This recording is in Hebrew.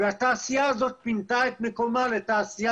והתעשייה הזאת פינתה את מקומה לתעשייה